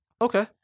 Okay